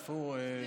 איפה הוא?